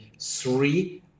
three